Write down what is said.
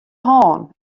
hân